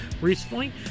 recently